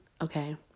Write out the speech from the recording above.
okay